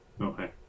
okay